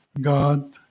God